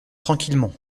tranquillement